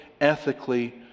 ethically